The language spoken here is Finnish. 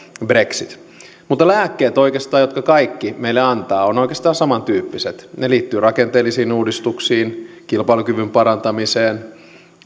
brexit mutta lääkkeet jotka kaikki meille antavat ovat oikeastaan samantyyppiset ne liittyvät rakenteellisiin uudistuksiin kilpailukyvyn parantamiseen